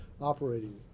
operating